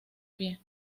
pie